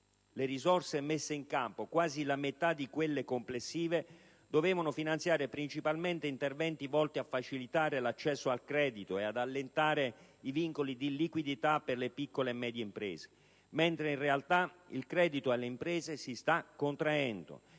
le risorse messe in campo (quasi la metà di quelle complessive) dovevano finanziare principalmente interventi volti a facilitare l'accesso al credito e ad allentare i vincoli di liquidità per le piccole e medie imprese, mentre in realtà il credito alle imprese si sta contraendo.